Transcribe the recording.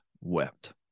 wept